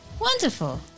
Wonderful